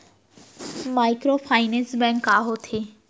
Microfinance bank का होथे?